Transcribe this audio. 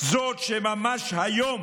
זאת שממש היום